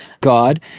God